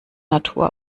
natur